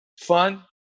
fun